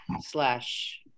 slash